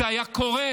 זה היה קורה,